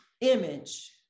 image